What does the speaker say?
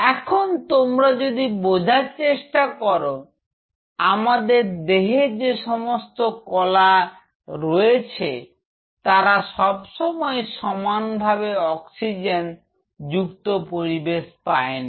এখন তোমরা যদি বোঝার চেষ্টা করো আমাদের দেহে যে সমস্ত কলা রয়েছে তারা সবসময় সমানভাবে অক্সিজেন যুক্ত পরিবেশ পায় না